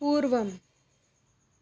पूर्वम्